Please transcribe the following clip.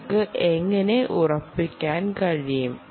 നിങ്ങൾക്ക് എങ്ങനെ ഉറപ്പിക്കാൻ കഴിയും